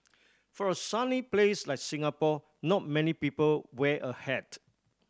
for a sunny place like Singapore not many people wear a hat